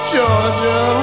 Georgia